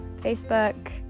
Facebook